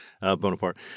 Bonaparte